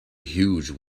huge